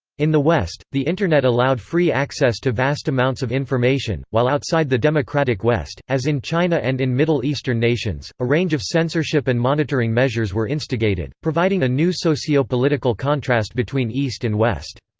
in the west, the internet allowed free access to vast amounts of information, while outside the democratic west, as in china and in middle eastern nations, a range of censorship and monitoring measures were instigated, providing a new socio-political contrast between east and west.